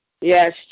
Yes